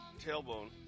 tailbone